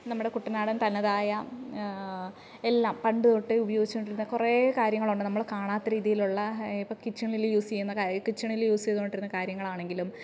നമ്മുടെ കുട്ടനാടൻ തനതായ എല്ലാം പണ്ടുതൊട്ട് ഉപയോഗിച്ചുകൊണ്ടിരുന്ന കുറേ കാര്യങ്ങളുണ്ട് നമ്മൾ കാണാത്ത രീതിയിലുള്ള ഇപ്പോൾ കിച്ചണിൽ യൂസ് ചെയ്യുന്ന കിച്ചണിൽ യൂസ് ചെയ്തുകൊണ്ടിരുന്ന കാര്യങ്ങൾ ആണെങ്കിലും